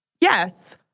Yes